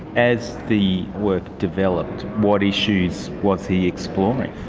as the work developed, what issues was he exploring?